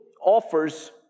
offers